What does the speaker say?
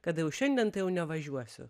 kad jau šiandien tai jau nevažiuosiu